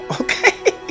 okay